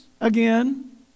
again